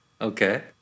okay